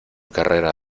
carrera